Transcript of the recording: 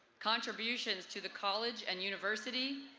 contributions to the college and university,